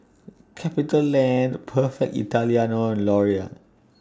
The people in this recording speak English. CapitaLand Perfect Italiano and Laurier